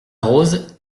rose